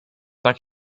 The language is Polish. tak